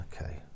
okay